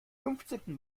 fünfzehnten